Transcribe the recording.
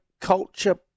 culture